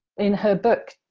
in her book,